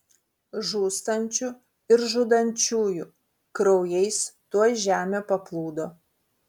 žūstančių ir žudančiųjų kraujais tuoj žemė paplūdo